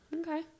okay